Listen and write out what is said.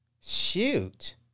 Shoot